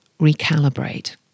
recalibrate